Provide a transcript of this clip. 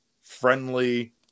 friendly